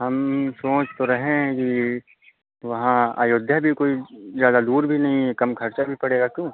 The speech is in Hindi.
हम सोच तो रहे हैं कि वहाँ अयोध्या भी कोई ज़्यादा दूर भी नहीं है कम ख़र्चा भी पड़ेगा क्यों